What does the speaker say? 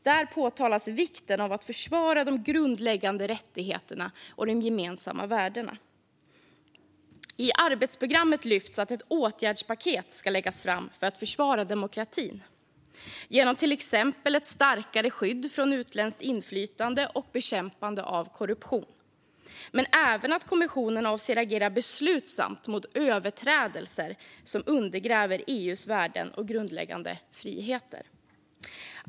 Där påpekas vikten av att försvara de grundläggande rättigheterna och de gemensamma värdena. I arbetsprogrammet lyfts det fram att ett åtgärdspaket ska läggas fram för att försvara demokratin genom till exempel ett starkare skydd mot utländskt inflytande och bekämpande av korruption samt att kommissionen avser att agera beslutsamt mot överträdelser som undergräver EU:s värden och grundläggande friheter.